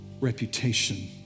reputation